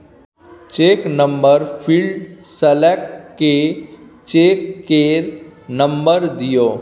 cheque number field select कए cheque केर number दियौ